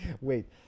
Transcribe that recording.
wait